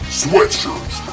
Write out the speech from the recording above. sweatshirts